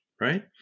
right